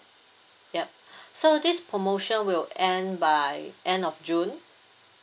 yup so this promotion will end by end of june